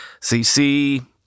CC